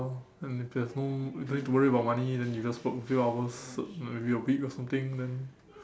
and if there's no you don't need to worry about money then you just work a few hours if you are big or something then